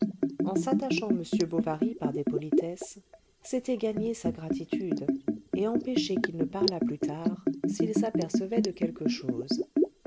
en s'attachant m bovary par des politesses c'était gagner sa gratitude et empêcher qu'il ne parlât plus tard s'il s'apercevait de quelque chose